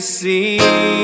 see